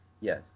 yes